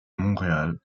montréal